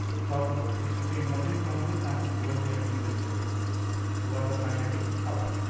south pole, it say emerging from this and going here in this direction towards the magnetic south.